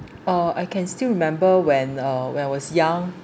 or I can still remember when uh when I was young